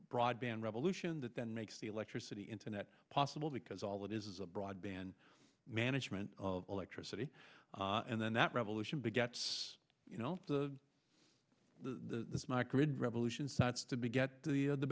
broadband revolution that then makes the electricity internet possible because all it is is a broadband management of electricity and then that revolution begets you know the the smart grid revolution sets to beget the